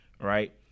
right